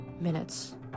minutes